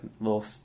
little